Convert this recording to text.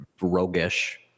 roguish